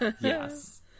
Yes